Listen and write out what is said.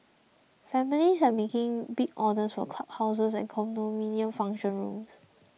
families are making big orders for club houses and condominium function rooms